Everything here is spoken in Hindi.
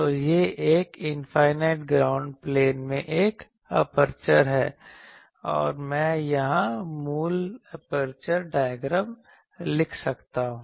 तो यह एक इनफाइनाइट ग्राउंड प्लेन में एक एपर्चर है और मैं यहां मूल एपर्चर डायग्राम लिख सकता हूं